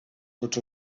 tots